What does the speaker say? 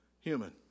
human